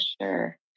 sure